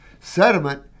sediment